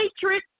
hatred